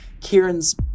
Kieran's